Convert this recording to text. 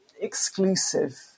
exclusive